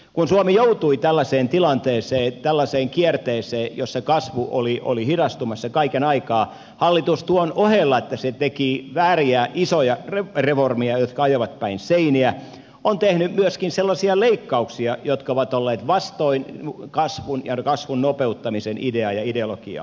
kun suomi joutui tällaiseen tilanteeseen tällaiseen kierteeseen missä kasvu oli hidastumassa kaiken aikaa hallitus tuon ohella että se teki vääriä isoja reformeja jotka ajoivat päin seiniä on tehnyt myöskin sellaisia leikkauksia jotka ovat olleet vastoin kasvun ja kasvun nopeuttamisen ideaa ja ideologiaa